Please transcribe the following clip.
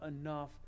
enough